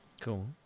Cool